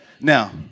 now